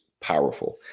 powerful